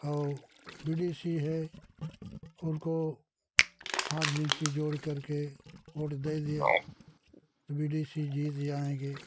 और बीडीसी है उनको हाथ विनती जोड़ करके वोट दे दिए तो बीडीसी जीत जाएँगे